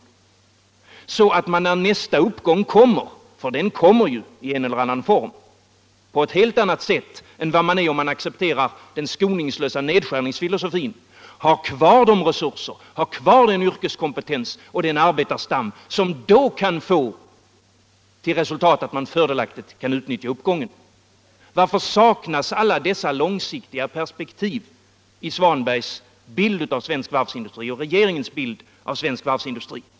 På det sättet skulle man, när nästa uppgång kommer — för den kommer ju i en eller annan form — ha kvar den resurs som en yrkeskompetent arbetarstam utgör och fördelaktigt kunna utnyttja uppgången, vilket man inte kan om man accepterar den skoningslösa nedskärningsfilosofin. Varför saknas alla långsiktiga perspektiv i herr Svanbergs och regeringens bild av svensk varvsindustri?